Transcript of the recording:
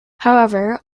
however